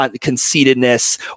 conceitedness